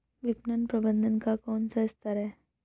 विपणन प्रबंधन का कौन सा स्तर है?